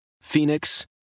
Phoenix